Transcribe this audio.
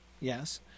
Yes